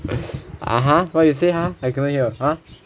(uh huh) what you say ha I cannot hear ha